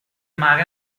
mar